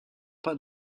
pas